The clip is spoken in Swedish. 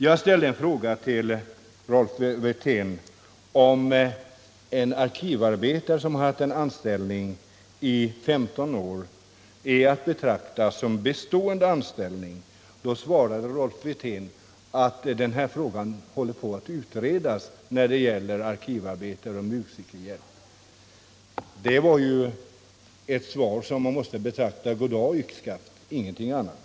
Jag ställde en fråga till Rolf Wirtén, om en arkivarbetare som haft en anställning i 15 år är att betrakta som bestående anställd. Rolf Wirtén svarade att den frågan håller på att utredas vad beträffar arkivarbetare och musikerhjälp. Det var ett svar som man måste betrakta som goddag yxskaft, ingenting annat.